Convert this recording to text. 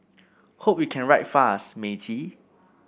hope you can write fast matey